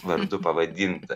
vardu pavadinta